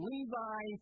Levi